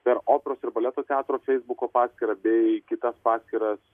per operos ir baleto teatro feisbuko paskyrą bei kitas paskyras